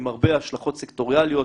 עם הרבה השלכות סקטוריאליות,